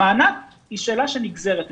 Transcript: המענק היא שאלה שנגזרת ממנו.